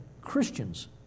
Christians